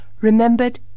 Remembered